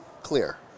clear